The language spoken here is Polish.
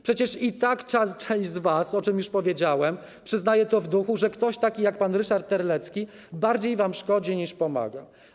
Przecież i tak część z was - o czym już powiedziałem - przyznaje w duchu, że ktoś taki jak pan Ryszard Terlecki bardziej wam szkodzi, niż pomaga.